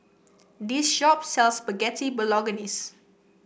this shop sells Spaghetti Bolognese